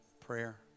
prayer